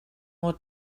more